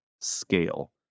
scale